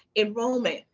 enrollment,